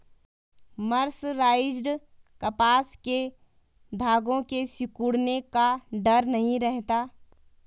mercerised कपास के धागों के सिकुड़ने का डर नहीं रहता